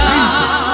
Jesus